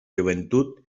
joventut